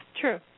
True